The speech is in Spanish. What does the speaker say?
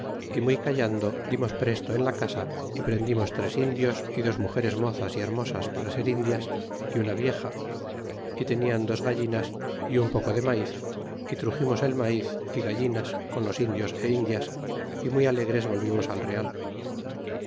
y muy callando dirdts presto en la casa y prendimos tres indios y dos iniugeres mozas y hermosas para ser indias y una vieja y tenian dos gallinas y un poco de maíz y truximos el maiz y gallinas con los indios é indias y muy alegres volvimos al real